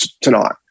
tonight